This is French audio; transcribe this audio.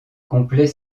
complet